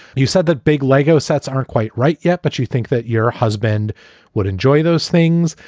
you said that big lego sets aren't quite right yet, but you think that your husband would enjoy those things.